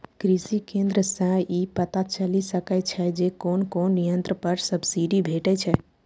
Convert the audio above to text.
कृषि केंद्र सं ई पता चलि सकै छै जे कोन कोन यंत्र पर सब्सिडी भेटै छै